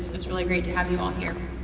it's really great to have you all here.